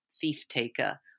thief-taker